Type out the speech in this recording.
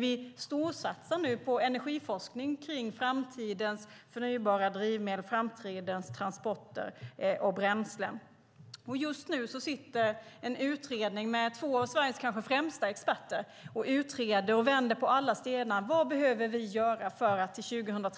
Vi storsatsar nu på energiforskning om framtidens förnybara drivmedel, framtidens transporter och bränslen. Just nu arbetar en utredning med två av Sveriges kanske främsta experter med att utreda och vända på alla stenar för att se vad vi behöver göra för